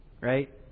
right